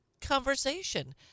conversation